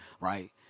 Right